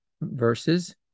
verses